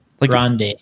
Grande